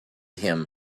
him